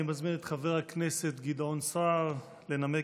אני מזמין את חבר הכנסת גדעון סער לנמק